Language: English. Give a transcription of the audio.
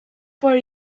for